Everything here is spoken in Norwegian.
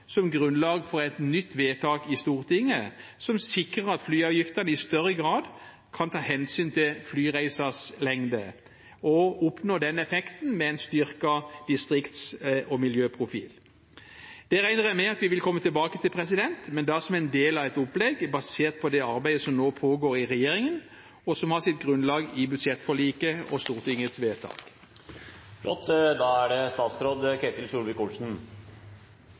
som grunnlag for et nytt vedtak i Stortinget, som sikrer at flyavgiftene i større grad kan ta hensyn til flyreisens lengde, og oppnå den effekten med en styrket distrikts- og miljøprofil. Det regner jeg med at vi vil komme tilbake til, men da som en del av et opplegg basert på det arbeidet som nå pågår i regjeringen, og som har sitt grunnlag i budsjettforliket og Stortingets vedtak. Jeg er